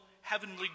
heavenly